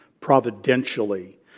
providentially